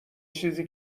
چیزی